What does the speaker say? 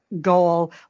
goal